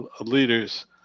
leaders